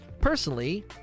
personally